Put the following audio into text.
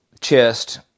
chest